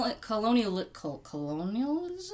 Colonialism